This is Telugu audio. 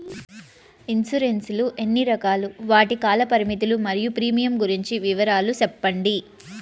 ఇన్సూరెన్సు లు ఎన్ని రకాలు? వాటి కాల పరిమితులు మరియు ప్రీమియం గురించి వివరాలు సెప్పండి?